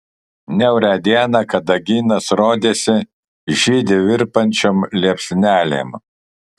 niaurią dieną kadagynas rodėsi žydi virpančiom liepsnelėm